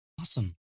Awesome